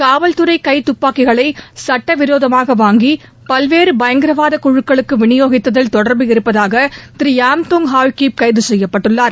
காவல் துறை கைத்துப்பாக்கிகளை சட்ட விரோதமாக வாங்கி பல்வேறு பயங்கரவாத குழுக்களுக்கு விநியோகித்ததில் தொடர்பு இருப்பதாக திரு யாம்தோப் ஹவோகிப் கைது செய்யப்பட்டுள்ளார்